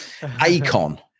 Akon